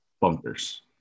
bunkers